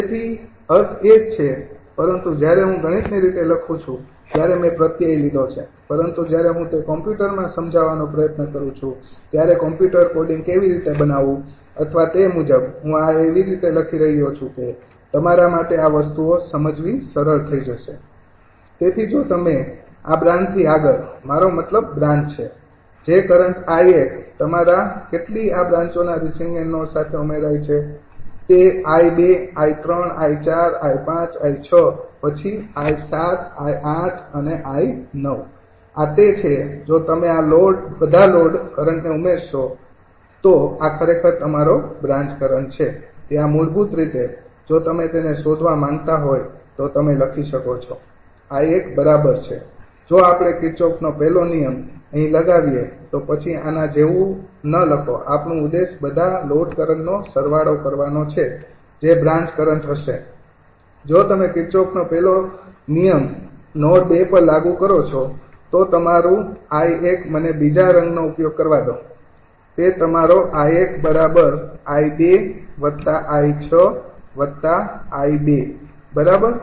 તેથી અર્થ એ જ છે પરંતુ જ્યારે હું ગણિતની રીતે લખું છું ત્યારે મેં પ્રત્યય લીધો છે પરંતુ જ્યારે હું તે કમ્પ્યુટરમાં સમજાવવાનો પ્રયત્ન કરું છું ત્યારે કમ્પ્યુટર કોડિંગ કેવી રીતે બનાવવું અથવા તે મુજબ હું આ એવી રીતે લખી રહ્યો છું કે તે તમારા માટે આ વસ્તુઓ સમજવી સરળ થઈ જશે તેથી જો તમે આ બ્રાન્ચથી આગળ મારો મતલબ બ્રાન્ચ છે જે કરંટ 𝐼૧ તમારા કેટલી આ બ્રાંચોના રિસીવિંગ એન્ડ નોડ સાથે ઉમેરાય છે તે 𝑖૨𝑖૩𝑖૪𝑖૫𝑖૬ પછી 𝑖૭𝑖૮ અને 𝑖૯ આ તે છે જો તમે આ બધા લોડ કરંટને ઉમેરશો તો આ ખરેખર તમારો બ્રાન્ચ કરંટ છે ત્યાં મૂળભૂત રીતે જો તમે તેને શોધવા માંગતા હોય તો તમે લખી શકો છો કે 𝐼૧બરાબર છે જો આપણે કિર્ચોફનો પહેલો નિયમ Kirchhoff's first law અહી લગાવીએ તો પછી આના જેવું ન લખો આપણું ઉદ્દેશ બધા લોડ કરંટનો સરવાળો કરવાનો છે જે બ્રાન્ચ કરંટ હશે જો તમે કિર્ચોફનો પહેલો નિયમ Kirchhoff's first law નોડ ૨ પર લાગુ કરો છો તો તમારું 𝐼૧ મને બીજા રંગનો ઉપયોગ કરવા દો તે તમારો 𝐼૧𝐼૨𝐼૬𝑖૨ બરાબર